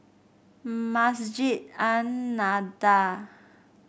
Masjid An Nahdhah